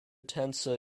tensor